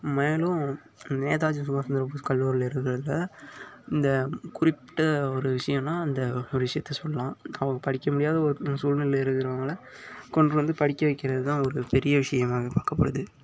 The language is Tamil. மேலும் நேதாஜி சுபாஷ் சந்திர போஸ் கல்லூரியில் இருக்கறதில் இந்த குறிப்பிட்ட ஒரு விஷயம்னா இந்த ஒரு விஷயத்த சொல்லலாம் அவங்க படிக்க முடியாத ஒரு சூழ்நிலையில் இருக்கிறவங்கள கொண்டு வந்து படிக்க வைக்கிறது தான் ஒரு பெரிய விஷயமா வந்து பார்க்கப்படுது